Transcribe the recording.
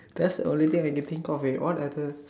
that's the only thing I can think of eh all the other